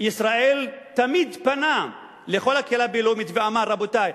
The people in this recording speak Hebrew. ישראל תמיד פנה לכל הקהילה הבין-לאומית ואמר: רבותי,